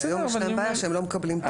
כי היום יש את הבעיה שהם לא מקבלים ---,